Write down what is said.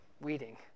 weeding